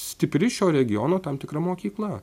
stipri šio regiono tam tikra mokykla